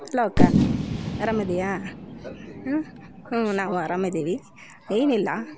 hello ಅಕ್ಕ ಆರಾಮ ಇದ್ದೀಯಾ ಹ್ಞೂ ನಾವೂ ಆರಾಮ ಇದ್ದೀವಿ ಏನಿಲ್ಲ